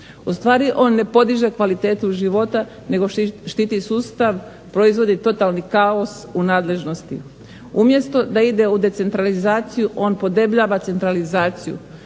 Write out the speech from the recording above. Ustvari on ne podiže kvalitetu života nego štiti sustav, proizvodi totalni kaos u nadležnosti. Umjesto da ide u decentralizaciju on podebljava centralizaciju.